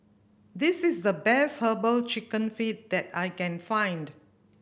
this is the best Herbal Chicken Feet that I can find